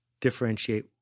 differentiate